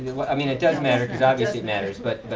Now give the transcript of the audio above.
like i mean it does matter because obvious it matters, but